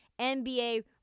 NBA